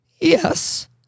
Yes